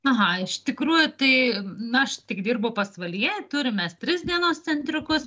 aha iš tikrųjų tai na aš tik dirbu pasvalyje turim mes tris dienos centriukus